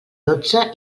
dotze